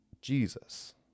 Jesus